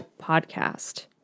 podcast